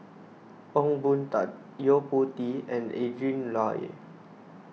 Ong Boon Tat Yo Po Tee and Adrin Loi